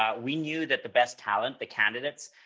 um we knew that the best talent, the candidates,